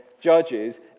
Judges